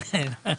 אל"ף,